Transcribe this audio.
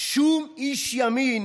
שום איש ימין